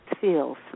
feels